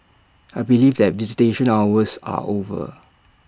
I believe that visitation hours are over